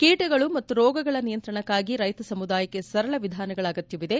ಕೀಟಗಳು ಮತ್ತು ರೋಗಗಳ ನಿಯಂತ್ರಣಕ್ಕಾಗಿ ರೈತ ಸಮುದಾಯಕ್ಷೆ ಸರಳ ವಿಧಾನಗಳ ಅಗತ್ತವಿದೆ